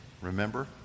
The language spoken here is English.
remember